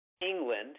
England